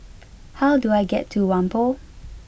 how do I get to Whampoa